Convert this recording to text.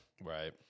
Right